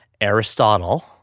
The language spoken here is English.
Aristotle